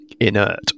inert